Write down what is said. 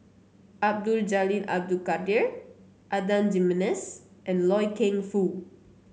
Abdul Jalil Abdul Kadir Adan Jimenez and Loy Keng Foo